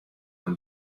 him